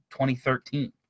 2013